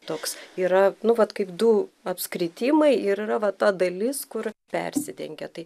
toks yra nu vat kaip du apskritimai ir yra va ta dalis kur persidengia tai